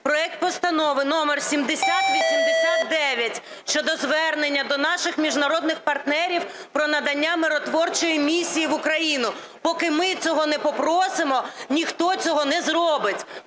проект Постанови № 7089 щодо звернення до наших міжнародних партнерів про надання миротворчої місії в Україну. Поки ми цього не попросимо, ніхто цього не зробить.